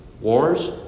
Wars